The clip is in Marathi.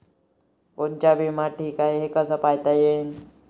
कोनचा बिमा ठीक हाय, हे कस पायता येईन?